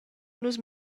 nus